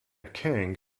king